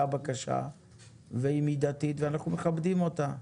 בקשה והיא מידתית ואנחנו מכבדים אותה.